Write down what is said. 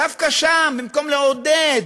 דווקא שם, במקום לעודד,